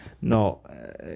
no